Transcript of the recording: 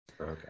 okay